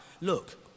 look